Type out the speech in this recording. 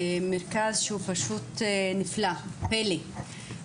מרכז שהוא פשוט נפלא, פלא.